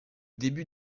début